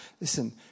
listen